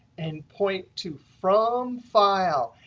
and point to from file.